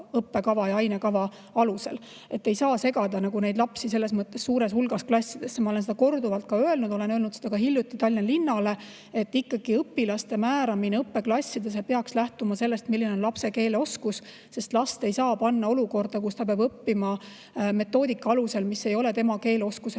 õppekava ja ainekava alusel. Nii et ei saa segada neid lapsi selles mõttes suures hulgas klassidesse. Ma olen seda korduvalt öelnud, hiljuti ütlesin ka Tallinna linnale, et õpilaste määramine õppeklassidesse peaks lähtuma ikkagi sellest, milline on lapse keeleoskus. Last ei saa panna olukorda, kus ta peab õppima sellise metoodika alusel, mis ei ole tema keeleoskusele